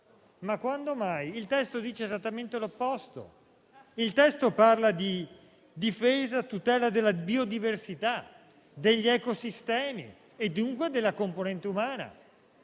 Ma quando mai? Il testo dice esattamente l'opposto, parlando di difesa e tutela della biodiversità degli ecosistemi e, dunque, della componente umana.